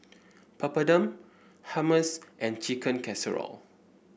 Papadum Hummus and Chicken Casserole